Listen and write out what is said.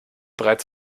bereits